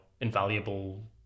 invaluable